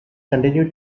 continue